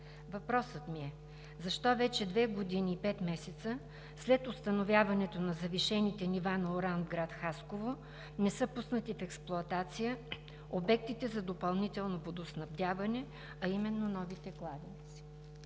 Въпросът ми е: защо вече две години и пет месеца след установяването на завишените нива на уран в град Хасково не са пуснати в експлоатация обектите за допълнително водоснабдяване, а именно новите кладенци?